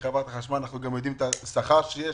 ואנחנו גם יודעים את השכר שיש